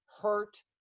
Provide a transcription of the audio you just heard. hurt